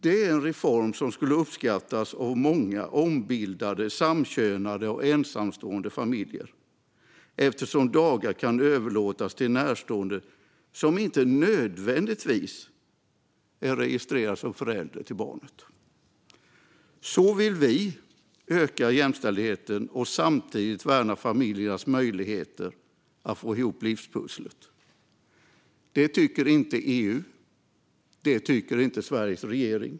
Det är en reform som skulle uppskattas av många ombildade, samkönade och ensamstående familjer, eftersom dagar då kan överlåtas till en närstående som inte nödvändigtvis är registrerad förälder till barnet. På det sättet vill vi öka jämställdheten och samtidigt värna familjernas möjligheter att få ihop livspusslet. Det tycker inte EU. Det tycker inte Sveriges regering.